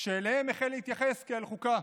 שאליהם החל להתייחס כאל חוקה.